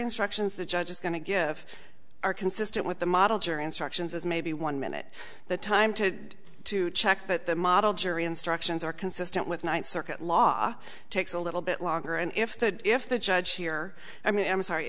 instructions the judge is going to give are consistent with the model jury instructions as maybe one minute the time to to check that the model jury instructions are consistent with ninth circuit law takes a little bit longer and if the if the judge here i mean i'm sorry